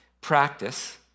practice